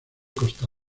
costa